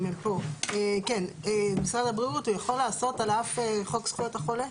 את זה הוא יכול לעשות על אף חוק זכויות החולה?